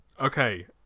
Okay